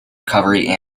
recovery